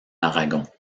aragon